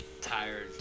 tired